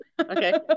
Okay